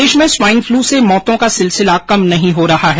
प्रदेश में swine flu से मौतों का सिलसिला कम नहीं हो रहा है